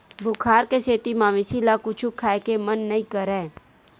बुखार के सेती मवेशी ल कुछु खाए के मन नइ करय